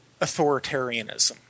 authoritarianism